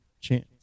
chance